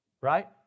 Right